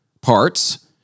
parts